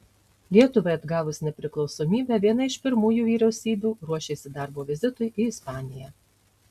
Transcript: lietuvai atgavus nepriklausomybę viena iš pirmųjų vyriausybių ruošėsi darbo vizitui į ispaniją